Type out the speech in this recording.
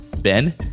Ben